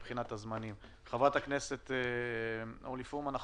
חברת הכנסת אורלי פרומן, בבקשה.